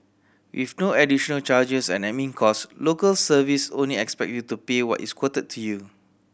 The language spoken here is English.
with no additional charges and admin cost Local Service only expect you to pay what is quoted to you